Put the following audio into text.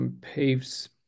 paves